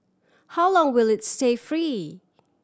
how long will it stay free